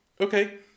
Okay